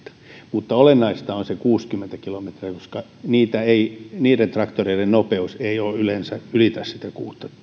mutta olennaista on se kuusikymmentä kilometriä koska niiden traktoreiden nopeus ei yleensä ylitä sitä